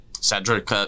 cedric